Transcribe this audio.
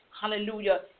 hallelujah